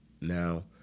now